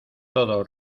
todo